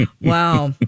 Wow